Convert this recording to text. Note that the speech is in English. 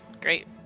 great